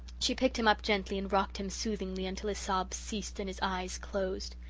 she picked him up gently and rocked him soothingly until his sobs ceased and his eyes closed.